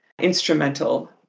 instrumental